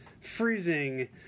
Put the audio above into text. freezing